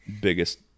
biggest